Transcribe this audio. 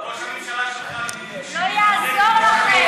אתה לא שותף.